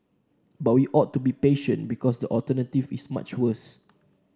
but we ought to be patient because the alternative is much worse